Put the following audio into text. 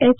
H